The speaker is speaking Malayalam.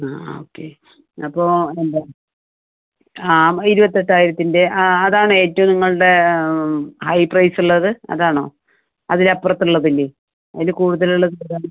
ആ ഓക്കെ അപ്പം എന്താ ആ ഇരുപത്തെട്ടായിരത്തിൻ്റെ ആ അത് ആണ് ഏറ്റവും നിങ്ങളുടെ ഹൈ പ്രൈസ് ഉള്ളത് അത് ആണോ അതിൽ അപ്പുറത്ത് ഉള്ളത് ഇല്ലേ അതിൽ കൂടുതൽ ഉള്ളത് ഏത് ആണ്